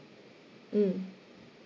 mm